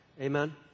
Amen